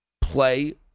play